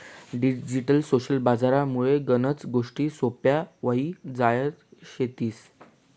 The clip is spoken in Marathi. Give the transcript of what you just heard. डिजिटल सोशल बजार मुळे गनच गोष्टी सोप्प्या व्हई जायल शेतीस